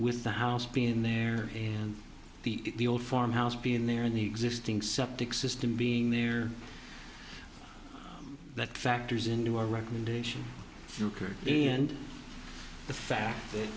with the house being there and the old farmhouse being there and the existing septic system being there that factors into our recommendation newkirk and the fact that